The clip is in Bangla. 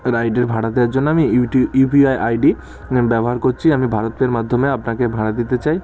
রাইডের ভাড়া দেওয়ার জন্য আমি ইউপিআই আইডি ব্যবহার করছি আমি ভারত পের মাধ্যমে আপনাকে ভাড়া দিতে চাই